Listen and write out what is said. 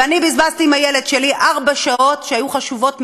ואני בזבזתי עם הילד שלי ארבע שעות שהיו חשובות מאוד,